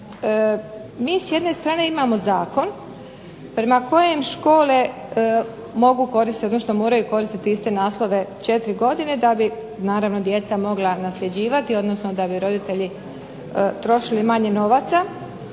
mi s jedne strane imamo zakon prema kojem škole mogu koristiti, odnosno moraju koristiti iste naslove 4 godine da bi naravno djeca mogla nasljeđivati, odnosno da bi roditelji trošili manje novaca.